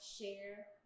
share